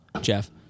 Jeff